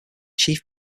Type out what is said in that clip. chief